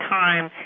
time